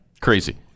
Crazy